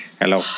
hello